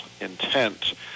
intent